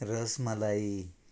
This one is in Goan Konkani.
रसमलाई